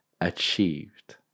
achieved